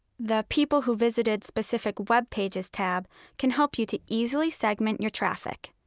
the people who visited specific web pages tab can help you to easily segment your traffic.